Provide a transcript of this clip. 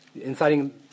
inciting